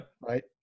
right